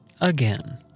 again